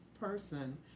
person